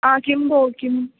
आ किं भो किम्